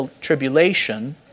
tribulation